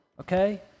Okay